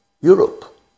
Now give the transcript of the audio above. Europe